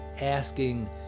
asking